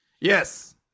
Yes